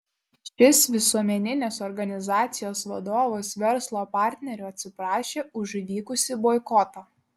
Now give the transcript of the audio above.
šis visuomeninės organizacijos vadovas verslo partnerių atsiprašė už įvykusį boikotą